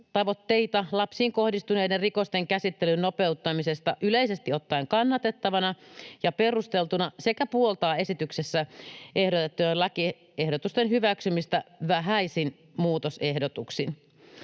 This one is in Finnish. lapsiin kohdistuneiden rikosten käsittelyn nopeuttamisesta yleisesti ottaen kannatettavina ja perusteltuina sekä puoltaa esityksessä ehdotettujen lakiehdotusten hyväksymistä vähäisin muutosehdotuksin.